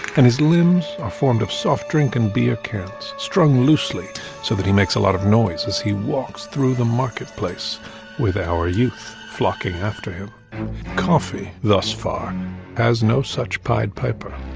and his limbs are formed of soft drink and beer cans, strong loosely so that he makes a lot of noise as he walks through the marketplace with our youth flocking after him coffee. thus far has no such pied piper